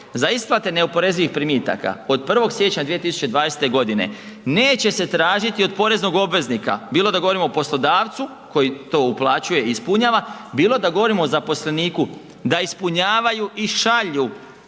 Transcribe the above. za isplate neoporezivih primitaka, od 1. siječnja 2020. g. neće se tražiti od poreznog obveznika, bilo da govorimo o poslodavcu koji to uplaćuje i ispunjava, bilo da govorimo o zaposleniku da ispunjavaju i šalju